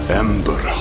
ember